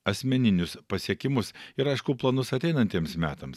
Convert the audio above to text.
asmeninius pasiekimus ir aišku planus ateinantiems metams